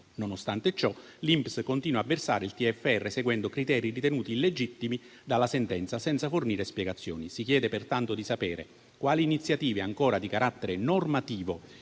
Nonostante ciò, l'INPS continua a versare il TFR seguendo criteri ritenuti illegittimi dalla sentenza senza fornire spiegazioni. Si chiede pertanto di sapere quali iniziative ancora di carattere normativo